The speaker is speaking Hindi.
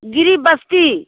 गिरी बस्ती